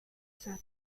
sat